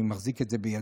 אני מחזיק את זה בידי.